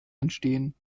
entstehen